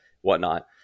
whatnot